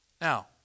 Now